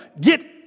Get